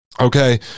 Okay